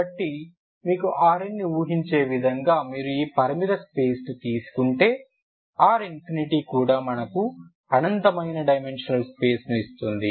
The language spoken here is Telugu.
కాబట్టి మీ Rn ని ఊహించే విధంగా మీరు ఈ పరిమిత స్పేస్ ని తీసుకుంటే R కూడా మనకు అనంతమైన డైమెన్షనల్ స్పేస్ ను ఇస్తుంది